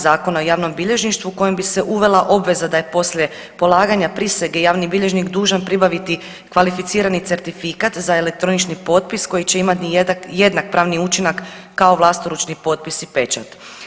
Zakona o javnom bilježništvu kojim bi se uvela obveza da je poslije polaganja prisege javni bilježnik dužan pribaviti kvalificirani certifikat za elektronični potpis koji će imati jednak pravni učinak kao vlastoručni potpis i pečat.